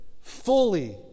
fully